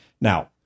Now